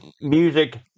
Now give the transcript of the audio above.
music